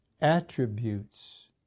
Attributes